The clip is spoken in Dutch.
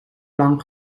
lang